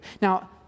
Now